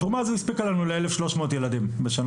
התרומה הזאת הספיקה לנו ל-1,300 ילדים בשנה